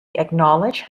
acknowledge